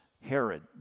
Herod